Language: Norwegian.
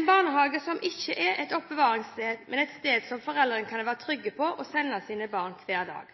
en barnehage som ikke er et oppbevaringssted, men et sted som foreldrene kan være trygge for å sende sine barn til hver dag.